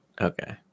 Okay